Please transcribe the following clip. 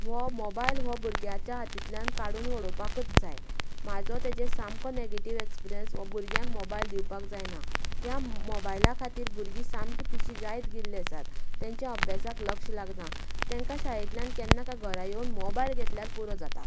हो मोबायल हो भुरग्यांच्या हातींतल्यान काडून उडोपाक जाय म्हाजो तेजेर सामको नेगेटीव एक्सपीरियंस वो मोबायल भुरग्यांक मोबायल दिवपाक जायना ह्या मोबायला खातीर भुरगीं सामकी पिशीं जायत गेल्ली आसात त्यांच्या अभ्यासाक लक्ष लागना तांकां शाळेंतल्यान केन्ना तीं घरा येवून मोबायल हातींत घेतल्यार पुरो जाता